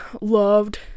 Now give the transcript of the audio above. loved